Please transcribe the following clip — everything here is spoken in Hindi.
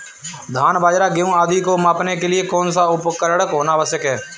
धान बाजरा गेहूँ आदि को मापने के लिए कौन सा उपकरण होना आवश्यक है?